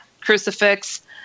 crucifix